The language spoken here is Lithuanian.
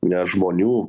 ne žmonių